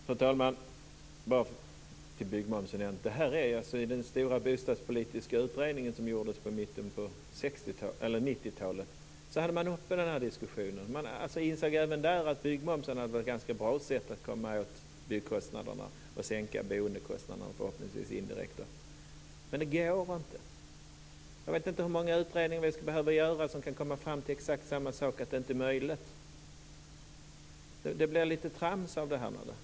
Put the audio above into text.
Fru talman! Jag vill tala om byggmomsen igen. I den stora bostadspolitiska utredning som gjordes i mitten på 90-talet hade man den här diskussionen uppe. Man insåg även där att byggmomsen hade varit ett ganska bra sätt att komma åt byggkostnaderna och sänka boendekostnaderna, förhoppningsvis, indirekt. Men det går inte. Jag vet inte hur många utredningar vi ska behöva göra som kan komma fram till exakt samma sak, att det inte är möjligt. Det blir lite trams av det här.